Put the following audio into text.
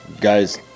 guys